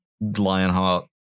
Lionheart